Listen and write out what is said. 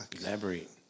Elaborate